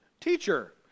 Teacher